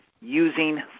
using